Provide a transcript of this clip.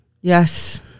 Yes